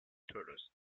turquoise